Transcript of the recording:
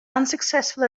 unsuccessful